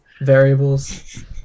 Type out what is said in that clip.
variables